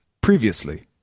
previously